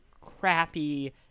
crappy